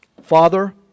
Father